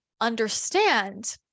understand